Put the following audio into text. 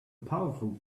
powerful